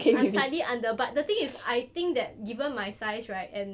I'm slightly under but the thing is I think that given my size right and